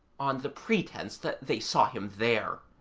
on the pretence that they saw him there.